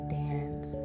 dance